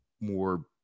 more